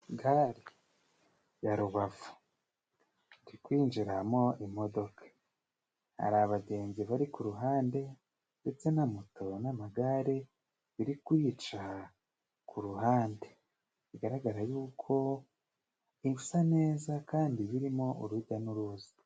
Gare ya Rubavu iri kwinjiramo imodoka, hari abagenzi bari ku ruhande ndetse na moto n'amagare biri kuyica ku ruhande, bigaragara yuko bisa neza kandi birimo urujya n'uruza.